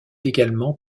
également